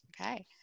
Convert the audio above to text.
okay